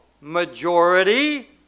majority